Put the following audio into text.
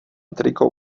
triko